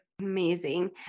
Amazing